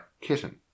kitten